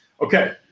okay